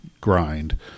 grind